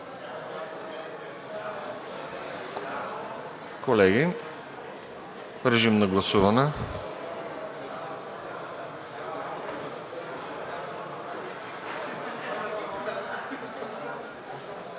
Колеги, режим на гласуване.